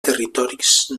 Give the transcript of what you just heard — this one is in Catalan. territoris